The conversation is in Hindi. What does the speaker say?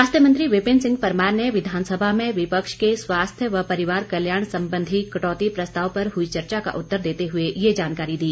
स्वास्थ्य मंत्री विपिन सिंह परमार ने विघानसभा में विपक्ष के स्वास्थ्य व परिवार कल्याण संबंधी कटौती प्रस्ताव पर हुई चर्चा का उत्तर देते हुए ये जानकारी दी